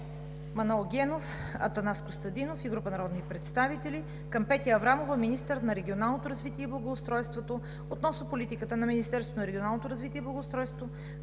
Манол Генов, Атанас Костадинов и група народни представители към Петя Аврамова – министър на регионалното развитие и благоустройството, относно политиката на Министерството на регионалното развитие и благоустройството